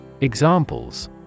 examples